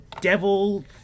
devil